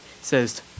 says